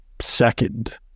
second